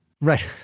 Right